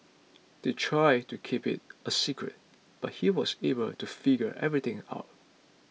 they tried to keep it a secret but he was able to figure everything out